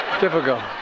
Difficult